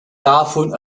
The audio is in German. davon